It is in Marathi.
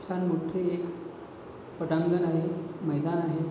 छान मोठे एक पटांगण आहे मैदान आहे